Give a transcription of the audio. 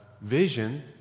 vision